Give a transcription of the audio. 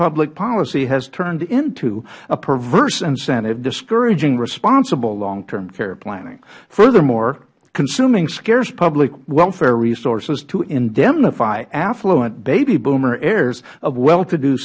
public policy has turned into a perverse incentive discouraging responsible long term care planning furthermore consuming scare public welfare resources to indemnify affluent baby boomer heirs of well to do